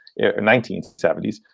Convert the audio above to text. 1970s